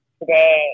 today